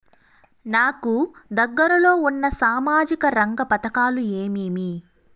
నాకు దగ్గర లో ఉన్న సామాజిక రంగ పథకాలు ఏమేమీ?